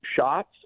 shots